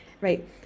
Right